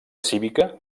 cívica